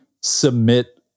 submit